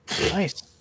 Nice